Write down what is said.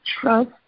trust